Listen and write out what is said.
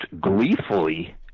gleefully